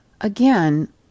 Again